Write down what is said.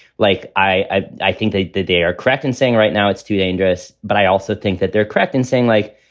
like i i think they did, they are correct in saying right now it's too dangerous, but i also think that they're correct in saying, like,